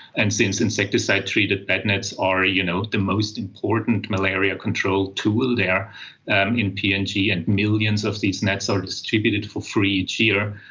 and since insecticide treated bed nets are you know the most important malaria control tool there and in png and and millions of these nets are distributed for free each year,